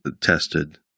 tested